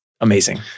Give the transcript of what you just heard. Amazing